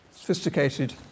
sophisticated